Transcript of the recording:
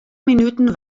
minuten